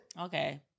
okay